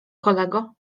kolego